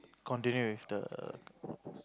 continue with the